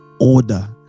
order